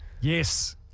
Yes